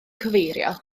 cyfeirio